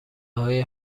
های